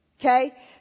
Okay